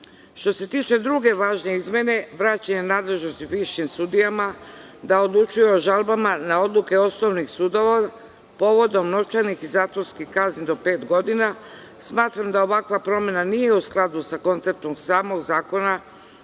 se tiče druge važne izmene, vraćanja nadležnosti višim sudijama da odlučuju o žalbama na odluke osnovnih sudova, povodom novčanih i zatvorskih kazni do pet godina. Smatram da ovakva promena nije u skladu sa konceptom samog zakona